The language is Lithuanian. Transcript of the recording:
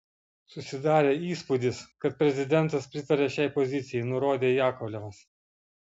susidarė įspūdis kad prezidentas pritaria šiai pozicijai nurodė jakovlevas